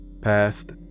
past